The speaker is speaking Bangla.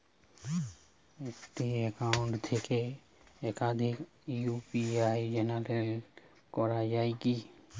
একটি অ্যাকাউন্ট থেকে একাধিক ইউ.পি.আই জেনারেট করা যায় কি?